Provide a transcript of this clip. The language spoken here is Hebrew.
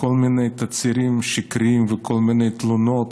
כל מיני תצהירים שקריים וכל מיני תלונות